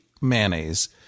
mayonnaise